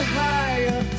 higher